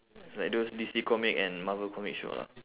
it's like those D_C comic and marvel comic show lah